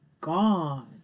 gone